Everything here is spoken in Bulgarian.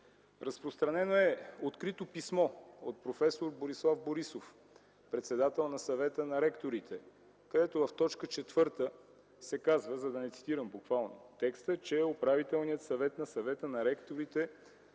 Разпространено е открито писмо от проф. Борислав Борисов, председател на Съвета на ректорите, където в т. 4 се казва, за да не цитирам буквално текста, че Управителният съвет на Съвета на ректорите